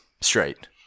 straight